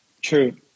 true